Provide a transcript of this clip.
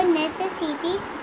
necessities